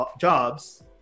jobs